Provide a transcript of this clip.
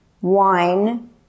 wine